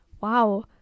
wow